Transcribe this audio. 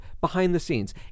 behind-the-scenes